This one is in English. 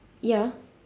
ya